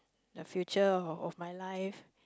and future of my life